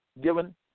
given